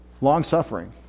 long-suffering